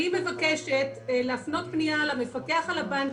מבקשת להפנות פנייה למפקח על הבנקים,